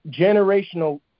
generational